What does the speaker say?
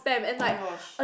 oh-my-gosh